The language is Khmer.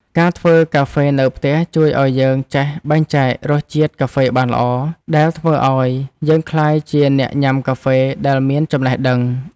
ការធ្វើកាហ្វេនៅផ្ទះជួយឱ្យយើងចេះបែងចែករសជាតិកាហ្វេបានល្អ ដែលធ្វើឱ្យយើងក្លាយជាអ្នកញ៉ាំកាហ្វេដែលមានចំណេះដឹង។